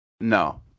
No